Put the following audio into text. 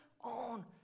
on